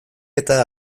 eta